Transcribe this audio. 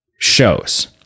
shows